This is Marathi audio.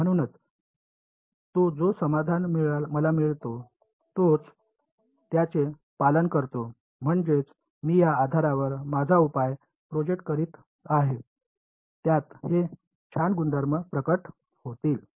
म्हणूनच तो जो समाधान मला मिळतो तोच त्याचे पालन करतो म्हणजेच मी या आधारावर माझा उपाय प्रोजेक्ट करीत आहे त्यात हे छान गुणधर्म प्रकट होतील